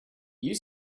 you